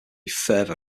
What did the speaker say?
further